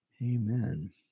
Amen